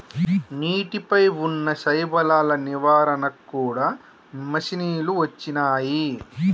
నీటి పై వున్నా శైవలాల నివారణ కూడా మషిణీలు వచ్చినాయి